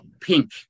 pink